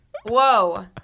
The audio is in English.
Whoa